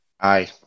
Aye